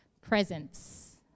Presence